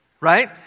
right